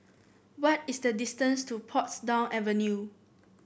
what is the distance to Portsdown Avenue